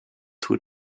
two